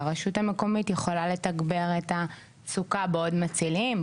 והרשות המקומית יכולה לתגבר את הסוכה בעוד מצילים,